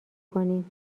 کنیم